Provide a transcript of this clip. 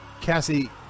Cassie